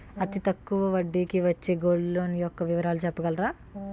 అతి తక్కువ వడ్డీ కి వచ్చే గోల్డ్ లోన్ యెక్క వివరాలు చెప్పగలరా?